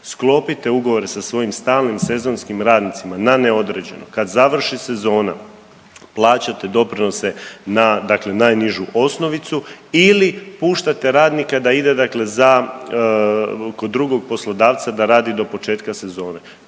sklopite ugovore sa svojim stalnim sezonskim radnicima na neodređeno. Kad završi sezona plaćate doprinose na, dakle najnižu osnovicu ili puštate radnika da ide, dakle kod drugog poslodavca da radi do početka sezone.